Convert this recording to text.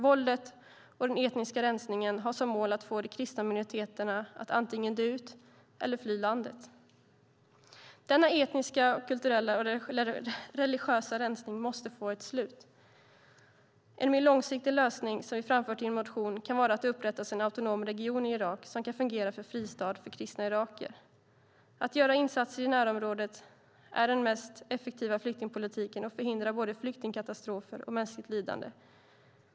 Våldet och den etniska rensningen har som mål att få de kristna minoriteterna att antingen dö ut eller fly landet. Denna etniska, kulturella och religiösa rensning måste få ett slut. En mer långsiktig lösning som vi har framfört i en motion kan vara att det upprättas en autonom region i Irak som kan fungera som en fristad för kristna irakier. Att göra insatser i närområdet är den mest effektiva flyktingpolitiken och förhindrar både flyktingkatastrofer och mänskligt lidande.